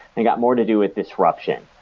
they got more to do with disruption.